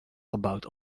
gebouwd